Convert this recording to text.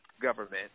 government